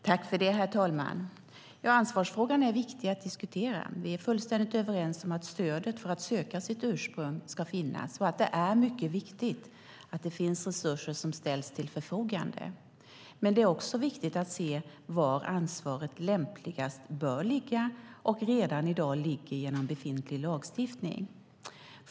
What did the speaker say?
Herr talman! Ansvarsfrågan är viktig att diskutera. Vi är fullständigt överens om att stöd för att söka sitt ursprung ska finnas och att det är mycket viktigt att det finns resurser som ställs till förfogande. Men det är också viktigt att se var ansvaret lämpligast bör ligga och var det redan i dag ligger genom befintlig lagstiftning.